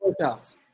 workouts